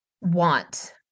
want